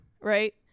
right